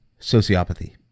sociopathy